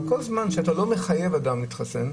אבל כל זמן שאתה לא מחייב אדם להתחסן,